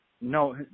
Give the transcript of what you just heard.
No